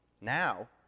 Now